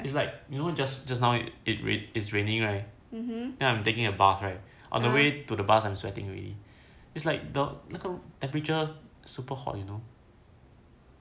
it's like you know just just now it it's raining right then I'm taking a bath right on the way to the bus I'm sweating already it's like the temperature super hot you know